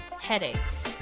headaches